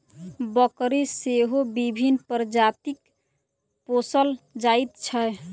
बकरी सेहो विभिन्न प्रजातिक पोसल जाइत छै